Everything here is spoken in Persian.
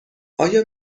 آیا